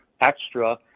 extra